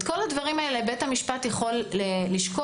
את כל הדברים האלה בית המשפט יכול לשקול